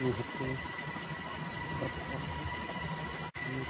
ᱱᱤᱦᱟᱹᱛᱤ ᱫᱚᱨᱠᱟᱨ ᱜᱮ ᱚᱱᱟᱛᱮ